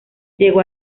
llegó